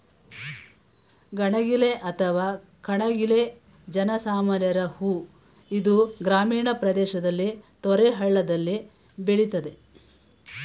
ಗಣಗಿಲೆ ಅಥವಾ ಕಣಗಿಲೆ ಜನ ಸಾಮಾನ್ಯರ ಹೂ ಇದು ಗ್ರಾಮೀಣ ಪ್ರದೇಶದಲ್ಲಿ ತೊರೆ ಹಳ್ಳದಲ್ಲಿ ಬೆಳಿತದೆ